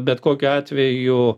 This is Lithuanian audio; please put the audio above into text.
bet kokiu atveju